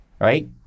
Right